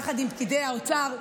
יחד עם פקידי האוצר.